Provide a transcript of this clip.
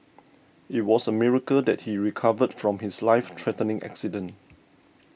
it was a miracle that he recovered from his life threatening accident